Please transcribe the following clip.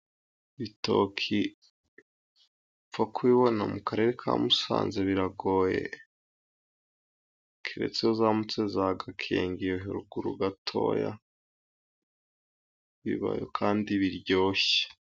Ibitoki gupfa kubibona mu karere ka Musanze biragoye, keretse iyo zamutse za Gakenke iyo haruguru gatoya, bibayo kandi biryoshye.